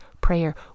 prayer